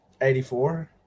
84